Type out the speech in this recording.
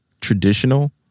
Traditional